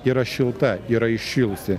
yra šilta yra įšilusi